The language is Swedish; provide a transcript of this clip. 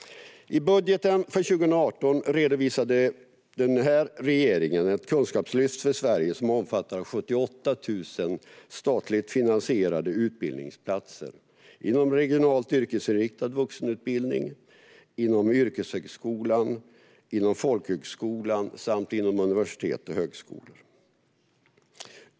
I budgeten för 2018 redovisade den här regeringen ett kunskapslyft för Sverige som omfattar 78 000 statligt finansierade utbildningsplatser inom regionalt yrkesinriktad vuxenutbildning, inom yrkeshögskolan, inom folkhögskolan samt inom universitet och högskolor.